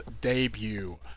debut